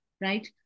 right